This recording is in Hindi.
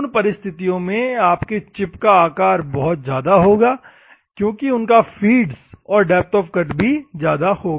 उन परिस्थितियों में आपका चिप आकार बहुत ज्यादा होगा क्योंकि उनका फीड्स और डेप्थ ऑफ़ कट भी बहुत ज्यादा होगा